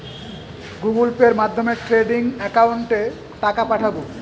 Google পের মাধ্যমে trading একাউন্টে টাকা পাঠাবো?